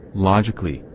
logically,